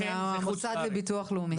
הוא מהמוסד לביטוח לאומי.